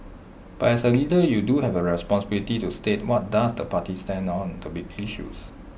but as A leader you do have A responsibility to state what does the party stand on the big issues